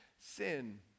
sin